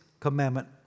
Commandment